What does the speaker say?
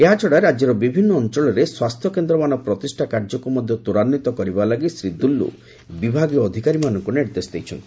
ଏହାଛଡ଼ା ରାଜ୍ୟର ବିଭିନ୍ନ ଅଞ୍ଚଳରେ ସ୍ୱାସ୍ଥ୍ୟକେନ୍ଦ୍ରମାନ ପ୍ରତିଷ୍ଠା କାର୍ଯ୍ୟକୁ ମଧ୍ୟ ତ୍ୱରାନ୍ୱିତ କରିବା ଲାଗି ଶ୍ରୀ ଦୁଲ୍ଲ ବିଭାଗୀୟ ଅଧିକାରୀମାନଙ୍କୁ ନିର୍ଦ୍ଦେଶ ଦେଇଛନ୍ତି